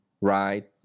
Right